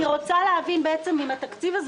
אני רוצה להבין בעצם אם התקציב הזה